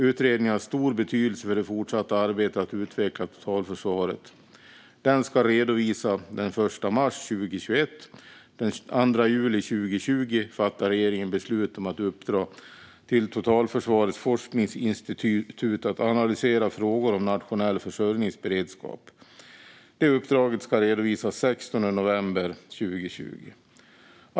Utredningen har stor betydelse för det fortsatta arbetet att utveckla totalförsvaret. Den ska redovisa den 1 mars 2021. Den 2 juli 2020 fattade regeringen beslut om att uppdra till Totalförsvarets forskningsinstitut att analysera frågor om nationell försörjningsberedskap. Uppdraget ska redovisas den 16 november 2020.